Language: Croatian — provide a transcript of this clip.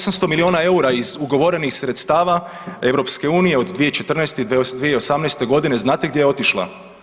800 milijuna eura iz ugovorenih sredstava EU—a od 2014. do 2018. g., znate gdje je otišlo?